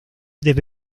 debe